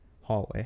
hallway